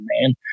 man